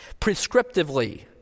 prescriptively